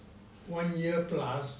one year plus